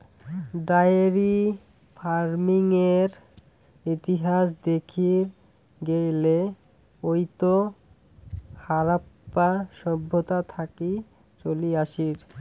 diary ফার্মিংয়ের ইতিহাস দেখির গেইলে ওইতো হারাপ্পা সভ্যতা থাকি চলি আসির